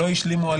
לא השלימו,